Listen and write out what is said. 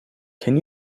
can